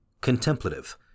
Contemplative